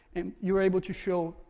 and you're able to show,